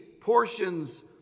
portions